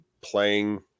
playing